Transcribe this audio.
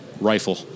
Rifle